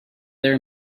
their